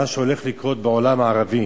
מה שהולך לקרות בעולם הערבי,